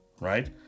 Right